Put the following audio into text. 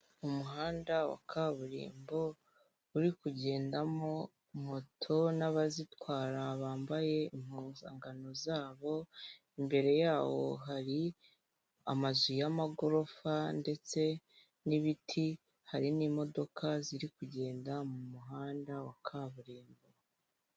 Umuhanda wa kaburimbo uri kugendamo moto n'abazitwara bambaye impuzangano zabo imbere yawo hari amazu y'amagorofa ndetse n'ibiti, hari n'imodoka ziri kugenda mu muhanda wa kaburimbo.